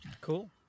Cool